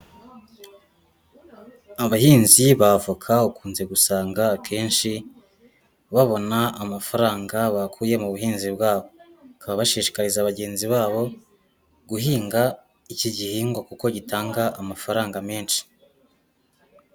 Abahinzi ba voka ukunze gusanga akenshi babona amafaranga bakuye mu buhinzi bwabo, bakaba bashishikariza bagenzi babo guhinga iki gihingwa kuko gitanga amafaranga menshi.